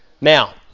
Now